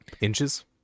inches